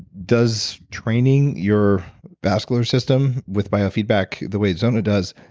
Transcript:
does training your vascular system with biofeedback the way zona does,